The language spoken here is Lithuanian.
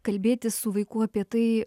kalbėti su vaiku apie tai